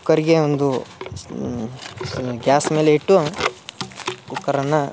ಕುಕ್ಕರಿಗೆ ಒಂದು ಗ್ಯಾಸ್ ಮೇಲೆ ಇಟ್ಟು ಕುಕ್ಕರನ್ನು